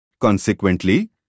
Consequently